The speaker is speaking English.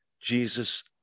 Jesus